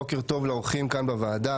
בוקר טוב לאורחים כאן בוועדה.